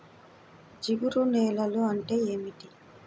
జిగురు నేలలు అంటే ఏమిటీ?